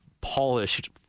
polished